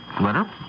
letter